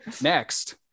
Next